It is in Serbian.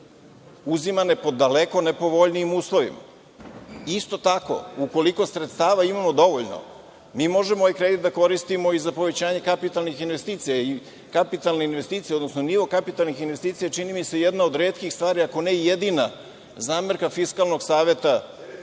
uzimane po daleko nepovoljnijim uslovima. Isto tako, ukoliko sredstava imamo dovoljno mi možemo ovaj kredit da koristimo i za povećanje kapitalnih investicija i kapitalne investicije, odnosno nivo kapitalnih investicija je čini mi se jedna od retkih stvari, ako ne i jedina, zamerka Fiskalnog saveta